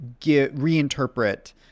reinterpret